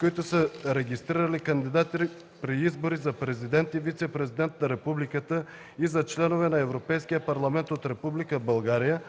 които са регистрирали кандидати при избори за президент и вицепрезидент на републиката и за членове на Европейския парламент от Република България